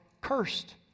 cursed